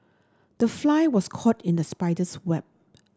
the fly was caught in the spider's web